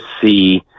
see